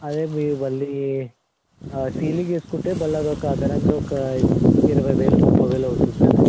అదే మీరు మళ్ళీ ఆ సీలింగ్ వేసుకుంటే మళ్ళీ అదొక అదనంగా ఒక ఇరవైవేలు ముప్పై వేలు అవుతుందండి